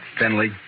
Finley